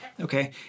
Okay